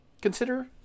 Consider